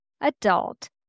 adult